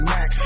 Mac